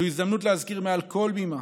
זו ההזדמנות להזכיר מעל כל בימה,